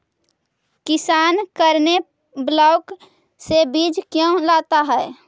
किसान करने ब्लाक से बीज क्यों लाता है?